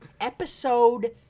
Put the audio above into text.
episode